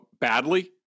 badly